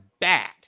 bad